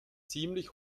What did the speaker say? ziemlich